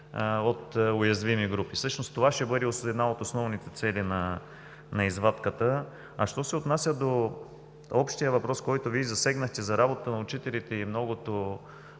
от уязвими групи. Всъщност това ще бъде една от основните цели на извадката. Що се отнася до общия въпрос, който Вие засегнахте – за работата на учителите и многото